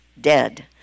dead